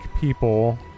people